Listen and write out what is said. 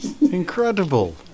incredible